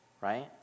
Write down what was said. right